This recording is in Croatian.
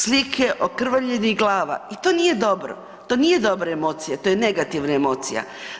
Slike okrvavljenih glava i to nije dobro, to nije dobra emocija, to je negativna emocija.